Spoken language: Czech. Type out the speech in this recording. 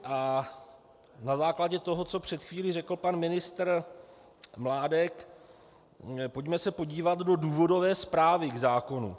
A na základě toho, co před chvílí řekl pan ministr Mládek, pojďme se podívat do důvodové zprávy k zákonu.